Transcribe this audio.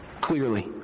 Clearly